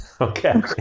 Okay